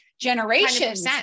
generations